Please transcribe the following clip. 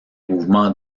mouvements